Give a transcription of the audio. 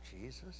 Jesus